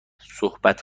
صحبت